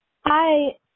Hi